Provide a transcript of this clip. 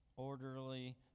orderly